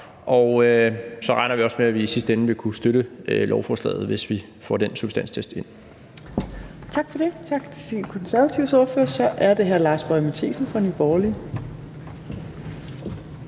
Og så regner vi også med, at vi i sidste ende vil kunne støtte lovforslaget, hvis vi får den substanstest ind. Kl. 18:31 Fjerde næstformand (Trine Torp): Tak for det. Tak til De Konservatives ordfører. Så er det hr. Lars Boje Mathiesen fra Nye Borgerlige.